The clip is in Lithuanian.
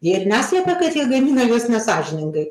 jie ir neslepia kad jie gamina juos nesąžiningai